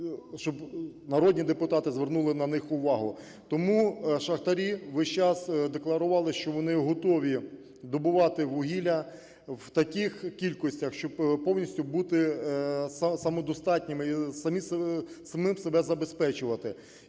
щоб народні депутати звернули на них увагу. Тому шахтарі весь час декларували, що вони готові добувати вугілля в таких кількостях, щоби повністю бути самодостатніми і самих себе забезпечувати.